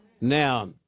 Now